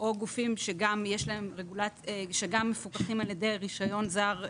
או גופים שגם מפוקחים על ידי רישיון זר,